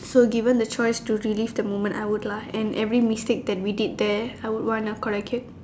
so given the choice to relieve the moment I would lah and every mistake that we did there I would want to correct it